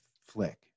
flick